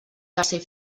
tercer